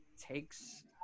takes